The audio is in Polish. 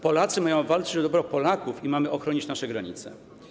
Polacy mają walczyć o dobro Polaków i mamy ochronić nasze granice.